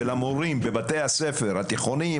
ולמורים בבתי הספר התיכוניים,